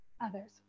others